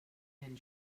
and